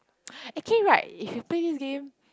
actually right if you play this game